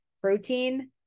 protein